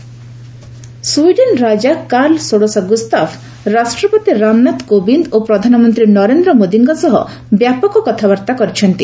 ସ୍ନେଦିସ king Sweden ରାଜା Carl ଷୋଡଶ Gustaf ରାଷ୍ଟ୍ରପତି ରାମନାଥ କୋବିନ୍ଦ ଓ ପ୍ରଧାନମନ୍ତ୍ରୀ ନରେନ୍ଦ୍ର ମୋଦିଙ୍କ ସହ ବ୍ୟାପକ କଥାବାର୍ତ୍ତା କରିଛନ୍ତି